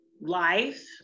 life